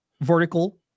vertical